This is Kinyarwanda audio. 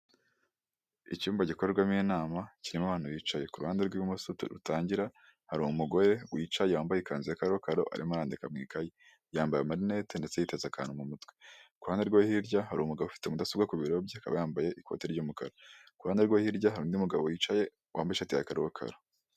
Icyumba gikorerwamo inama kirimo abantu bicaye, ku ruhande rw'ibumoso rutangira hari umugore wicaye wambaye ikanzu ya karokaro arimo arandika mu ikaye, yambaye amarinete ndetse yiteze akantu mu mutwe, ku ruhande rwo hirya hari umugabo ufite mudasobwa ku bibero bye akaba yambaye ikoti ry'umukara, ku ruhande rwo hirya hari undi mugabo wicaye wambaye ishati ya karokaro.